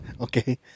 Okay